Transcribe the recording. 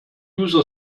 user